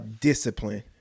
Discipline